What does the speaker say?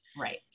Right